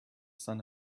sun